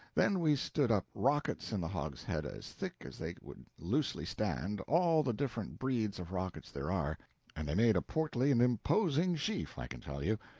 then we stood up rockets in the hogshead as thick as they could loosely stand, all the different breeds of rockets there are and they made a portly and imposing sheaf, i can tell you.